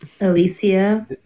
Alicia